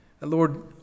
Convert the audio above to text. Lord